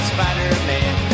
Spider-Man